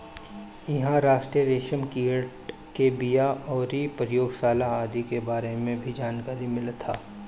इहां राष्ट्रीय रेशम कीट के बिया अउरी प्रयोगशाला आदि के बारे में भी जानकारी मिलत ह